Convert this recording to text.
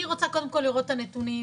אני רוצה קודם כל לראות את הנתונים,